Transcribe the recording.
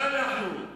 כן,